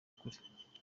kure